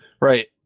Right